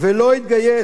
ולא יתגייס,